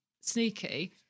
sneaky